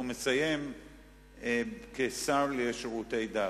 והוא מסיים כשר לשירותי דת.